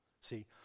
See